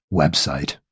website